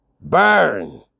burn